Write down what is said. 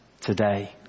today